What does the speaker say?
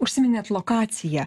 užsiiminėt lokaciją